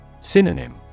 Synonym